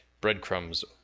breadcrumbs